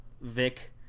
Vic